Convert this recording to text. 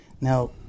now